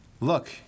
Look